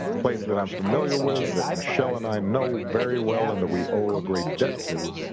place that i'm familiar with, that michelle and i know very well and that we owe a great debt to,